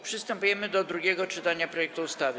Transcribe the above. Przystępujemy do drugiego czytania projektu ustawy.